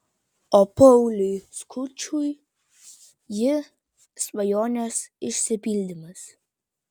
o pauliui skučui ji svajonės išsipildymas